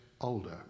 older